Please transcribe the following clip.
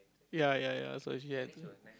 ya ya ya so if he had